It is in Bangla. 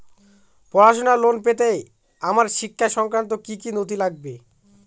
পড়াশুনোর লোন পেতে আমার শিক্ষা সংক্রান্ত কি কি নথি লাগবে?